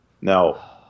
Now